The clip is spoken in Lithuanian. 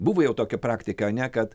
buvo jau tokia praktika ar ne kad